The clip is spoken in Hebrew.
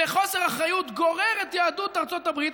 ובחוסר אחריות גורר את יהדות ארצות הברית,